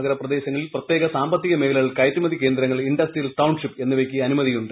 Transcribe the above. നഗരപ്രദേശുങ്ങളിൽ പ്രത്യേക സാമ്പത്തിക മേഖലകൾ കയറ്റുമതി കേന്ദ്രങ്ങൾ ഇൻഡസ്ട്രിയൽ ടൌൺഷിപ്പ് എന്നിവക്ക് അനുമതിയുണ്ട്